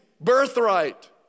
birthright